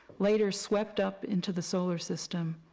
later swept up into the solar system.